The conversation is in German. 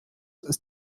ist